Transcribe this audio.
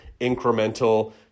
incremental